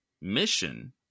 mission